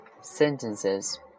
Sentences